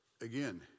Again